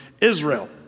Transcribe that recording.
Israel